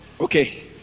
Okay